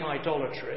idolatry